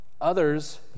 Others